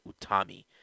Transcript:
Utami